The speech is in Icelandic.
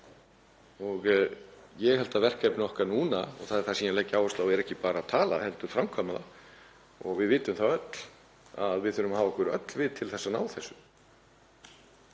Ég held að verkefni okkar núna, og það er það sem ég legg áherslu á, sé ekki bara að tala heldur framkvæma. Við vitum öll að við þurfum að hafa okkur öll við til að ná þessu.